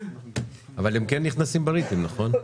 אבל הן כן נכנסים בריטים נכון?